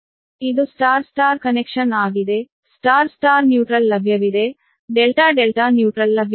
ಇದು star star connection ಆಗಿದೆ star star neutral ಲಭ್ಯವಿದೆ ಡೆಲ್ಟಾ ಡೆಲ್ಟಾ ನ್ಯೂಟ್ರಲ್ ಲಭ್ಯವಿಲ್ಲ